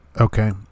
okay